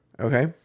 okay